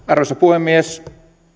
arvoisa puhemies